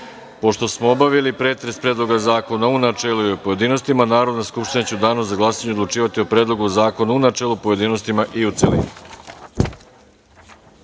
smo obavili pretres Predloga zakona u načelu i u pojedinostima, Narodna skupština će u Danu za glasanje odlučivati o Predlogu zakona u načelu, u pojedinostima i u